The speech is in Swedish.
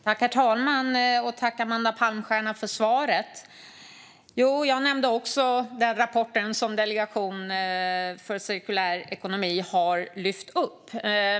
Herr talman! Tack, Amanda Palmstierna, för svaret! Jag nämnde också den rapport som Delegationen för cirkulär ekonomi har lyft upp.